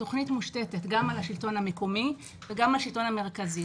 התוכנית מושתת גם על השלטון המקומי וגם על השלטון המרכזי.